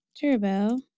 turbo